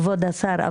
כבוד השר,